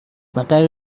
مقر